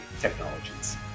technologies